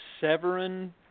Severin